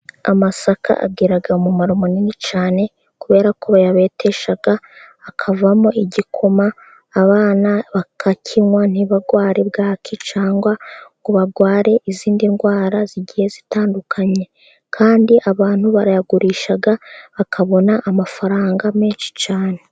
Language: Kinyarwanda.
Amasaka agira umumaro munini cyane, kubera ko bayabetesha hakavamo igikoma, abana bakakinywa ntibarware bwaki, cyangwa ngo barware izindi ndwara zigiye zitandukanye, kandi abantu barayagurisha bakabona amafaranga menshi cyane.